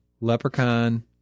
Leprechaun